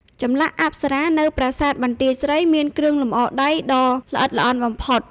ចម្លាក់អប្សរានៅប្រាសាទបន្ទាយស្រី មានគ្រឿងលម្អដៃដ៏ល្អិតល្អន់បំផុត។